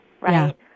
right